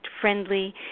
friendly